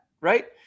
right